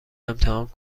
امتحان